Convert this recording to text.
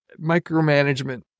micromanagement